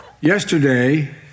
Yesterday